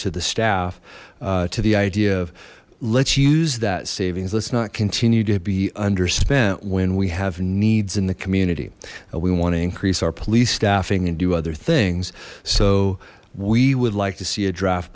to the staff to the idea of let's use that savings let's not continue to be under spent when we have needs in the community we want to increase our police staffing and do other things so we would like to see a draft